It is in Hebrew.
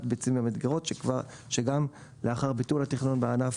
ביצים במדגרות שלאחר ביטול התכנון בענף